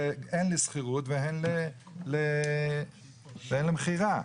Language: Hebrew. הן לשכירות והן למכירה.